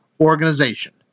organization